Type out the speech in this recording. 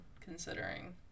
considering